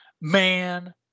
man